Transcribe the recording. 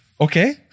Okay